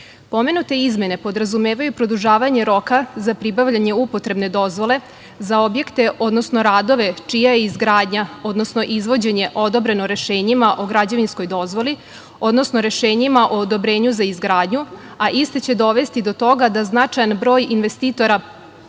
istog. Pomenute izmene podrazumevaju produžavanje roka za pribavljanje upotrebne dozvole za objekte, odnosno radove čija je izgradnja, odnosno izvođenje odobreno rešenjima o građevinskoj dozvoli, odnosno rešenjima o odobrenju za izgradnju, a iste će dovesti do toga da značajan broj investitora